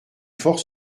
fort